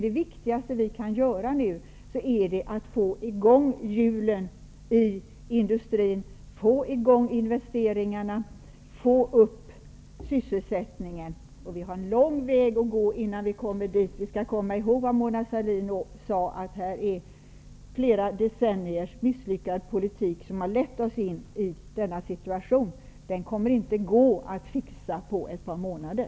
Det viktigaste vi kan göra nu är att försöka få i gång hjulen i industrin, få i gång investeringarna och få upp sysselsättningen. Vi har en lång väg att gå innan vi kommer dit. Vi skall komma ihåg vad Mona Sahlins sade om att det är flera decenniers misslyckad politik som har lett oss in i denna situation. Den uppgiften kan vi inte fixa på ett par månader.